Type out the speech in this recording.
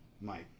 Mike